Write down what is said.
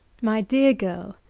my dear girl,